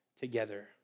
together